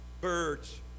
birds